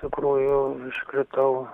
tikrųjų iškritau